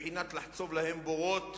בבחינת "לחצוב להם בארות